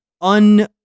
un